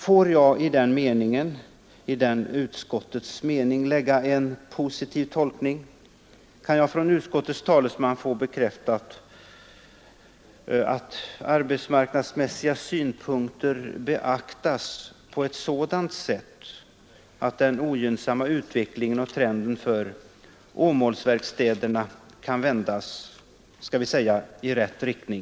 Får jag i denna utskottets mening lägga en positiv tolkning? Kan jag från utskottets talesman få bekräftat att arbetsmarknadsmässiga synpunkter beaktas på sådant sätt att den ogynnsamma utvecklingen och trenden för Åmålsverkstäderna kan vändas i — skall vi säga — rätt riktning.